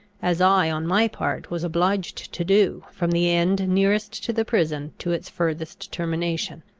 as i on my part was obliged to do, from the end nearest to the prison to its furthest termination.